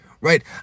Right